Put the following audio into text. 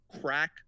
crack